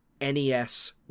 NES